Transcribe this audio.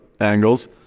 angles